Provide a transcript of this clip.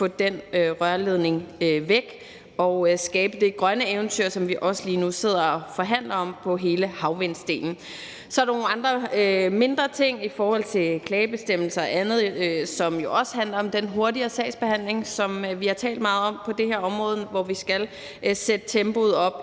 få den rørledning væk og skabe det grønne eventyr, som vi også lige nu sidder og forhandler om på hele havvindsdelen. Så er der nogle andre, mindre ting i forhold til klagebestemmelser og andet, som jo også handler om den hurtigere sagsbehandling, som vi har talt meget om på det her område, hvor vi skal sætte tempoet op